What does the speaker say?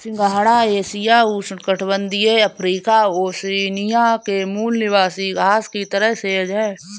सिंघाड़ा एशिया, उष्णकटिबंधीय Africa, Oceania के मूल निवासी घास की तरह सेज है